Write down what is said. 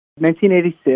1986